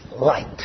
light